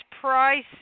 prices